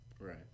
right